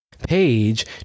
page